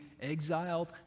exiled